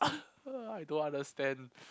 I don't understand